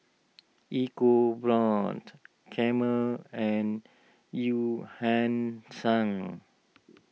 EcoBrown's Camel and Eu Yan Sang